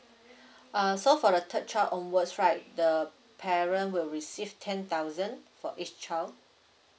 uh so for the third child onwards right the parent will receive ten thousand for each child